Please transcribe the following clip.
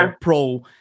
pro